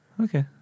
Okay